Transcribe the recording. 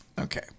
okay